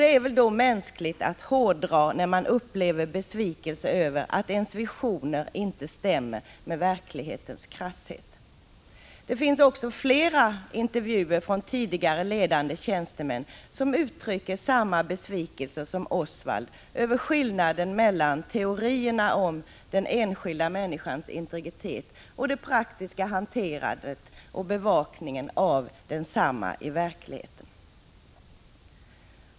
Det är väl mänskligt att hårdra, om man upplever besvikelse över att ens visioner inte stämmer med den krassa verkligheten. Det finns flera intervjuer från tidigare ledande tjänstemän, som uttrycker samma besvikelse som Osvald över skillnaden mellan teorierna om den enskilda människans integritet och det praktiska hanterandet och bevakningen av densamma i verkligheten.